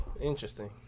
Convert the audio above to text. interesting